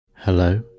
Hello